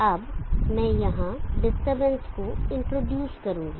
अब मैं यहां डिस्टरबेंस को इंट्रोड्यूस करूंगा